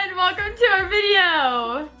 and welcome to our video.